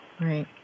right